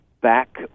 back